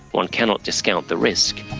one cannot discount the risk.